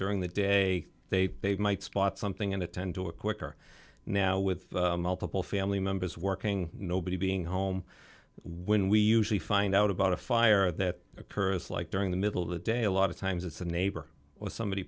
during the day they might spot something and attend to it quicker now with multiple family members working nobody being home when we usually find out about a fire that occurs like during the middle of the day a lot of times it's a neighbor or somebody